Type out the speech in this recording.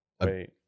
Wait